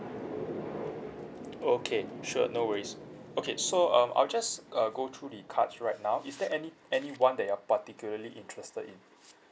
okay sure no worries okay so um I will just uh go through the cards right now is there any any one that you are particularly interested in